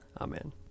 Amen